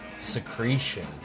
secretion